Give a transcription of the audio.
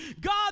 God